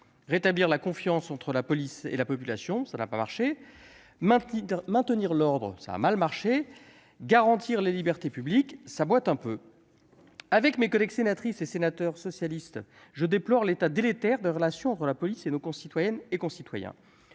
Rétablir la confiance entre la police et la population : ça n'a pas marché ! Maintenir l'ordre : ça a mal marché ! Garantir les libertés publiques : ça boîte un peu ! Avec mes collègues sénatrices et sénateurs socialistes, je déplore l'état délétère des relations entre la police et nos concitoyennes et concitoyens.